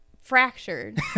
fractured